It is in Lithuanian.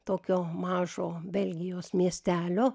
tokio mažo belgijos miestelio